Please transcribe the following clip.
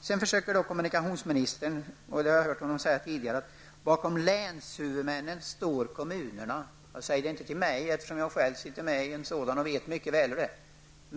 Sedan påpekar kommunikationsministern -- det har jag hört honom säga tidigare -- att bakom länshuvudmännen står kommunerna. Säg inte det till mig, eftersom jag själv sitter med i en kommun och mycket väl vet hur det är.